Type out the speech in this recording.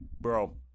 Bro